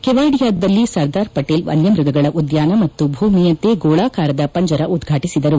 ಕೆವಾಡಿಯಾದಲ್ಲಿ ಸರ್ದಾರ್ ಪಟೇಲ್ ವನ್ನಮ್ಬಗಗಳ ಉದ್ದಾನ ಮತ್ತು ಭೂಮಿಯಂತೆ ಗೋಳಾಕಾರದ ಪಂಜರ ಉದ್ವಾಟಿಸಿದರು